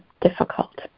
difficult